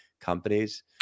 companies